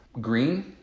green